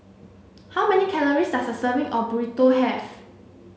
how many calories does a serving of Burrito have